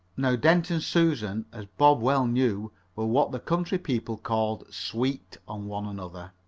now dent and susan, as bob well knew, were what the country people call sweet on one another.